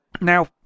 Now